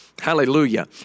Hallelujah